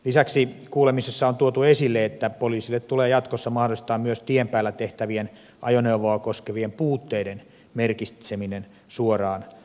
lisäksi kuulemisessa on tuotu esille että poliisille tulee jatkossa mahdollistaa myös tien päällä tehtävien ajoneuvoa koskevien puutteiden merkitseminen suoraan rekisteriin